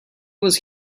was